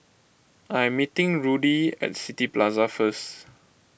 I am meeting Rudy at City Plaza first